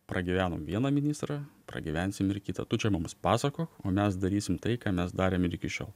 pragyvenom vieną ministrą pragyvensim ir kitą tu čia mums pasakok o mes darysim tai ką mes darėm ir iki šiol